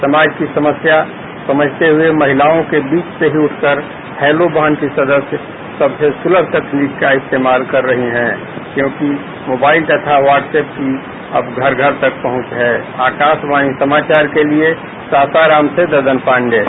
समाज की समस्या समझते हुए महिलाओं के बीच से ही उठकर हैलो बहन की सदस्य सबसे सुलभ तकनीक का इस्तेमाल कर रही हैं क्योंकि मोबाइल तथा व्हाटसअप की अब घर घर तक पहुंच आकाशवाणी समाचार के लिए सासाराम से ददनजी पांडेय